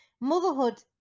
motherhood